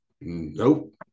Nope